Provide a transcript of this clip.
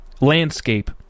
landscape